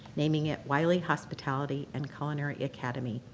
naming it wylie hospitality and culinary academy.